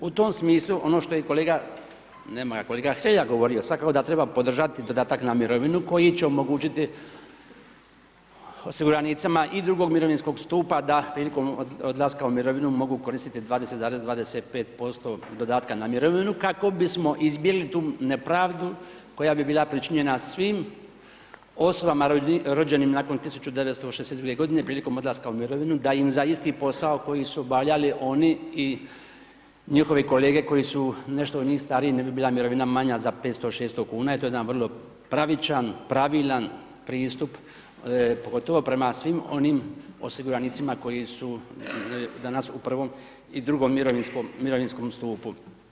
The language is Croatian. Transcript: U tom smislu, ono što je i kolega, nema ga, kolega Hrelja govorio, svakako da treba podržati dodatak na mirovinu koji će omogućiti osiguranicima i drugog mirovinskog stupa da prilikom odlaska u mirovinu mogu koristiti 20,25% dodatka na mirovinu, kako bismo izbili tu nepravdu koja bi bila pričinjena svim osobama rođenim nakon 1962. godine prilikom odlaska u mirovinu da im za isti posao koji su obavljali oni i njihovi kolege koji su nešto od njih stariji ne bi bila mirovina manja za 500-600,00 kn jer to je jedan vrlo pravičan, pravilan pristup, pogotovo prema svim onim osiguranicima koji su danas u prvom i drugom mirovinskom stupu.